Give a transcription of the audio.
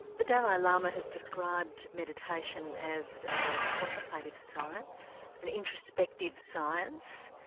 the dalai lama has described meditation as a contemplative science, an introspective science,